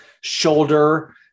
shoulder